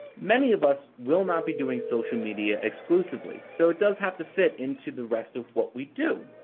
many of us will not be doing social media exclusively, so it does have to fit into the rest of what we do.